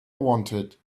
wanted